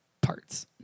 parts